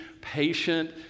patient